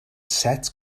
set